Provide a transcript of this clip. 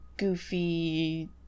goofy